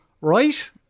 right